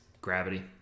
Gravity